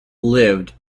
lived